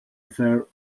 affair